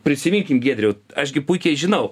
prisiminkim giedriau aš gi puikiai žinau